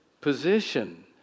position